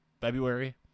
February